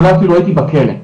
אולי אפילו הייתי בכלא,